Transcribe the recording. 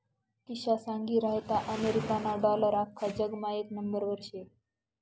किशा सांगी रहायंता अमेरिकाना डालर आख्खा जगमा येक नंबरवर शे